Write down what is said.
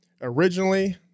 originally